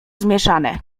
zmieszane